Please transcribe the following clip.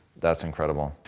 that's incredible.